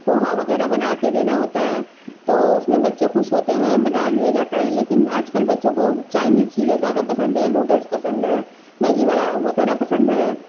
پوہا وغیرہ بنا کے دینا ہوتا ہے تو اس میں بچے خوش ہوتے ہیں بنا لیا جاتا ہے لیکن آج کل بچوں کو چائنیز چیزیں زیادہ پسند ہیں نوڈلس پسند ہیں میگی وغیرہ پسند ہے